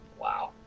Wow